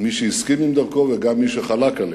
מי שהסכים עם דרכו וגם מי שחלק עליה,